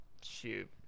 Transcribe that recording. shoot